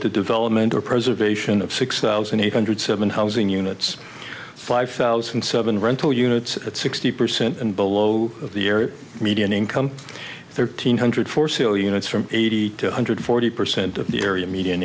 the development or preservation of six thousand eight hundred seven housing units five thousand and seven rental units at sixty percent and below the area median income thirteen hundred foresail units from eighty to one hundred forty percent of the area median